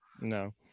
No